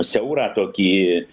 siaurą tokį